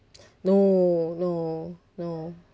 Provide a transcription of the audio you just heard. no no no